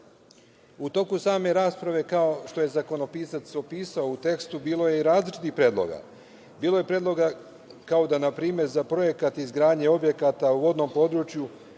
toku same rasprave, kao što je zakonopisac opisao u tekstu, bilo je i različitih predloga. Bilo je predloga kao da, na primer, za projekat izgradnje objekata u vodnom području